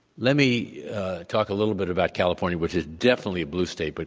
let me talk a little bit about california, which is definitely a blue state, but